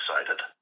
excited